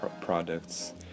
products